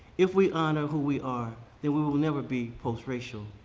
if we honor who we are, then we will never be post-racial.